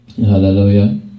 hallelujah